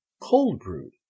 cold-brewed